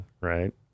right